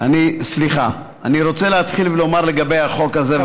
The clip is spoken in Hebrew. אני רוצה להתחיל ולומר לגבי החוק הזה,